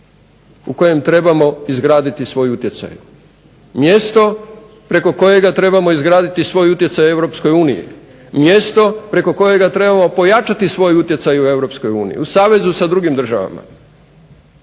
u kojem trebamo izgraditi svoj utjecaj, mjesto preko kojega trebamo izgraditi svoj utjecaj u Europskoj uniji, mjesto preko kojega trebamo pojačati svoj utjecaj u Europskoj uniji u savezu sa drugim državama.